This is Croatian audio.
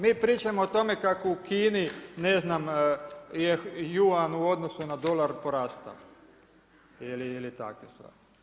Mi pričamo o tome kako u Kini ne znam je … u odnosu na dolar porastao ili takve stvari.